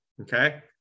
okay